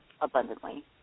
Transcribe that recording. abundantly